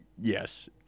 Yes